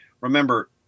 Remember